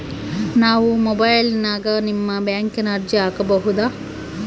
ನಾವು ಮೊಬೈಲಿನ್ಯಾಗ ನಿಮ್ಮ ಬ್ಯಾಂಕಿನ ಅರ್ಜಿ ಹಾಕೊಬಹುದಾ?